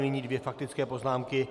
Nyní dvě faktické poznámky.